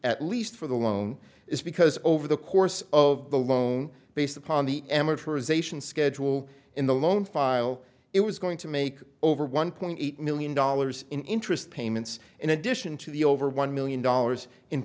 at least for the loan is because over the course of the loan based upon the amateur zation schedule in the loan file it was going to make over one point eight million dollars in interest payments in addition to the over one million dollars in